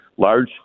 large